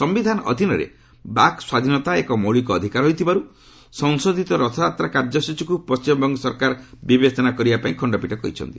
ସମ୍ଭିଧାନ ଅଧୀନରେ ବାକ୍ ସ୍ୱାଧୀନତା ଏକ ମୌଳିକ ଅଧିକାର ହୋଇଥିବାରୁ ସଂଶୋଧିତ ରଥଯାତ୍ରା କାର୍ଯ୍ୟସ୍ଚୀକୁ ପଣ୍ଢିମବଙ୍ଗ ସରକାର ବିବେଚନା କରିବା ପାଇଁ ଖଣ୍ଡପୀଠ କହିଛନ୍ତି